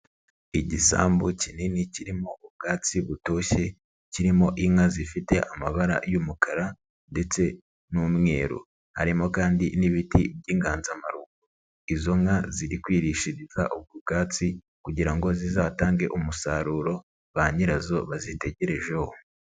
Igisambu kinini kirimo ubwatsi butoshye kirimo inka zifite amabara y'umukara ndetse n'umweru, harimo kandi n'ibiti by'inganzamarumbo, izo nka ziri kwirishiriza ubwo bwatsi kugira ngo zizatange umusaruro ba nyirazo bazitegerejeho.